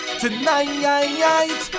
tonight